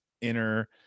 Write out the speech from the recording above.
inner